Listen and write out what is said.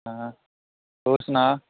ਹਾਂ ਹੋਰ ਸੁਣਾ